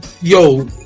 yo